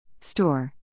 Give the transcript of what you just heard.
store